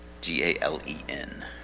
G-A-L-E-N